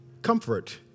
Comfort